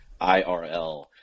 IRL